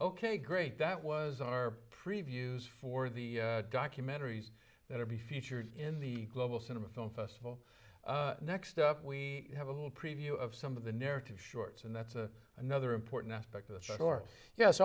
ok great that was our previews for the documentaries that would be featured in the global cinema film festival next up we have a preview of some of the narrative shorts and that's another important aspect of the shore yes